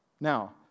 Now